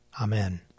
Amen